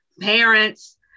parents